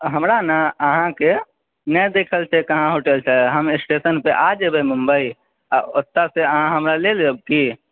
हमरा ने अहाँके नहि देखल छै कहाँ होटल छै हम स्टेशन पे आ जेबै मुम्बइ आ ओतऽ से अहाँ हमरा लऽ लेब की